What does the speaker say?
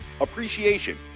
Appreciation